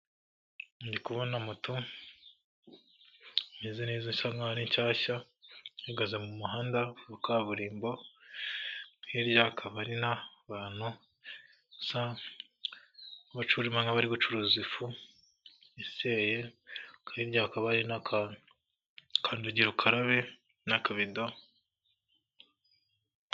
Ndi kubona moto imeze neza isa naho ari nshyashya ihagaze mu muhanda wa kaburimbo hirya y'akabari n'abantu basa n'abarimo gucuruza ifu iseye, hirya hakaba hari na kandagirukarabe n'akabido...